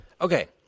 Okay